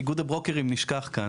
איגוד הברוקרים נשכח כאן.